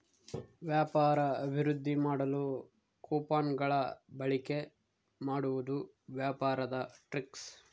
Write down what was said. ವ್ಯಾಪಾರ ಅಭಿವೃದ್ದಿ ಮಾಡಲು ಕೊಪನ್ ಗಳ ಬಳಿಕೆ ಮಾಡುವುದು ವ್ಯಾಪಾರದ ಟ್ರಿಕ್ಸ್